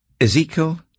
Ezekiel